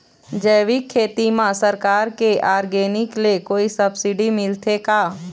जैविक खेती म सरकार के ऑर्गेनिक ले कोई सब्सिडी मिलथे का?